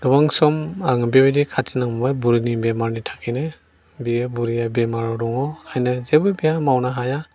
गोबां सम आङो बिबायदि खाथि नांबोबाय बुरैनि बेमारनि थाखायनो बियो बुरैया बेमाराव दङ एखायनो जेबो गैया मावनो हाया